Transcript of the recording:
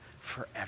forever